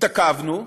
התעכבנו.